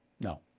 No